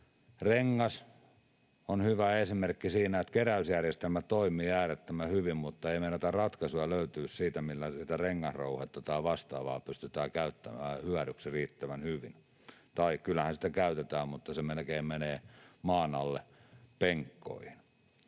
rengas on hyvä esimerkki siitä, että keräysjärjestelmä toimii äärettömän hyvin mutta ei meinata ratkaisuja löytää siihen, millä sitä rengasrouhetta tai vastaavaa pystytään käyttämään hyödyksi riittävän hyvin — tai kyllähän sitä käytetään, mutta se melkein menee maan alle penkkoihin.